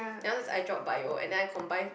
then afterwards I dropped bio and then I combine